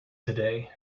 today